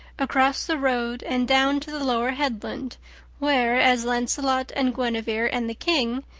across the road, and down to the lower headland where, as lancelot and guinevere and the king,